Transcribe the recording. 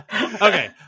Okay